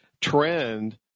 trend